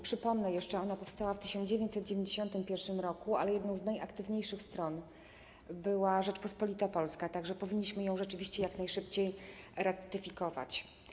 Przypomnę jeszcze, że ona powstała w 1991 r., ale jedną z najaktywniejszych stron była Rzeczpospolita Polska, tak że powinniśmy ją rzeczywiście jak najszybciej ratyfikować.